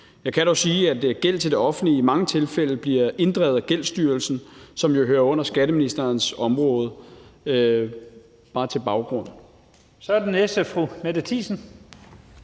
Jeg kan dog sige, at gæld til det offentlige i mange tilfælde bliver inddrevet af Gældsstyrelsen, som jo hører under skatteministerens område – bare som baggrundsviden. Kl. 13:02 Første